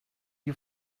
you